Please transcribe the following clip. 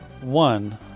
One